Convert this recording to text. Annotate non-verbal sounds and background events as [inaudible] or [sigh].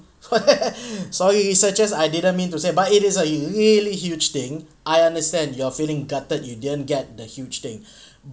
[laughs] sorry researchers I didn't mean to say but it is a really huge thing I understand you're feeling gutted you didn't get the huge thing but